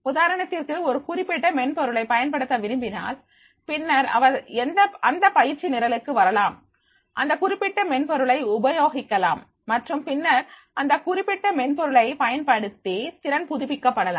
உதாரணத்திற்கு யாராவது ஒரு குறிப்பிட்ட மென்பொருளை பயன்படுத்த விரும்பினால் பின்னர் அவர் அந்த பயிற்சி நிரலுக்கு வரலாம் அந்த குறிப்பிட்ட மென்பொருளை உபயோகிக்கலாம் மற்றும் பின்னர் அந்தக் குறிப்பிட்ட மென்பொருளை பயன்படுத்தி திறன் புதுப்பிக்க படலாம்